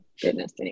goodness